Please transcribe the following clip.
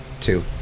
two